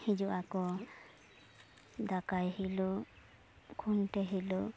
ᱦᱤᱡᱩᱜ ᱟᱠᱚ ᱫᱟᱠᱟᱭ ᱦᱤᱞᱳᱜ ᱠᱷᱩᱱᱴᱟᱹᱣ ᱦᱤᱞᱳᱜ